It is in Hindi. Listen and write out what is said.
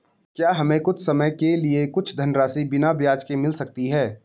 क्या हमें कुछ समय के लिए कुछ धनराशि बिना ब्याज के मिल सकती है?